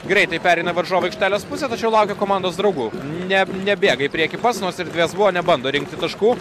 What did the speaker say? greitai pereina varžovų aikštelės pusę tačiau laukia komandos draugų ne nebėga į priekį pats nors erdvės buvo nebando rinkti taškų